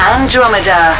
Andromeda